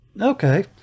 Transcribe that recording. Okay